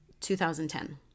2010